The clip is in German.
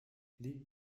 liegt